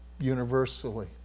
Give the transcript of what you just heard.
universally